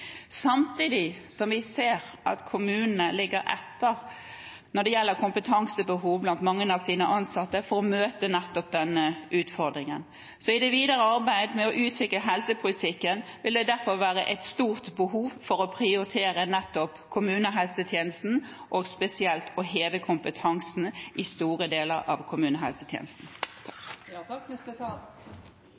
gjelder kompetansen til mange av sine ansatte for å møte denne utfordringen. I det videre arbeidet med å utvikle helsepolitikken vil det derfor være et stort behov for å prioritere nettopp kommunehelsetjenesten og spesielt å heve kompetansen i store deler av kommunehelsetjenesten.